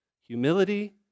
humility